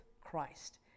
Christ